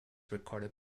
recorded